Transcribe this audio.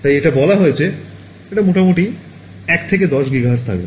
তাই এটা বলা হয়েছে এটা মোটামুটি 1 থেকে 10 গিগাহার্টজ থাকবে